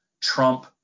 Trump